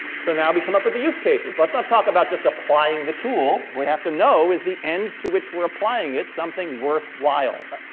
so now we come up with the use cases. let's not talk about just applying the tool, we have to know, is the end to which we're applying it something worthwhile,